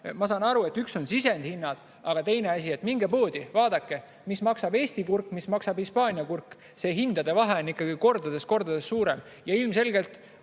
Ma saan aru, et üks on sisendihinnad, aga teine asi [on see]: minge poodi, vaadake, mis maksab Eesti kurk, mis maksab Hispaania kurk. See hinnavahe on kordades-kordades suurem. Ja ilmselgelt